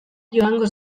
joango